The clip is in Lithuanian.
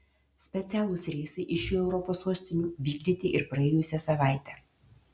specialūs reisai iš šių europos sostinių vykdyti ir praėjusią savaitę